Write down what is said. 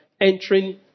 Entering